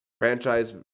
franchise